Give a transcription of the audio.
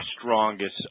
strongest